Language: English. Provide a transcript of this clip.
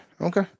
okay